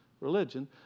Religion